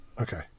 Okay